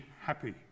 happy